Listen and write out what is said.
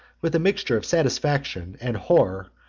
with a mixture of satisfaction and horror,